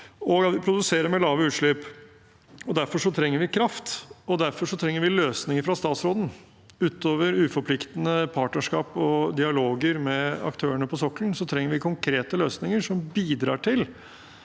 vi produserer med lave utslipp. Derfor trenger vi kraft, og derfor trenger vi løsninger fra statsråden. Utover uforpliktende partnerskap og dialoger med aktørene på sokkelen trenger vi konkrete løsninger som bidrar til